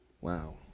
Wow